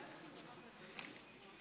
קודם כול אני שמח שהנושא הזה של חינוך מיוחד